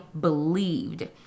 believed